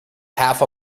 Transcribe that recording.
half